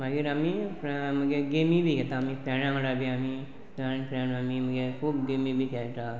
मागीर आमी आमी गेमी बी घेता आमी फ्रेंडा वांगडा बी आमी फेंड फ्रेंड आमी मगेर खूब गेमी बी खेळटा